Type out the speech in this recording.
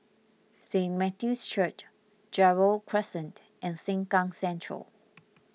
Saint Matthew's Church Gerald Crescent and Sengkang Central